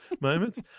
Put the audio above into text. moments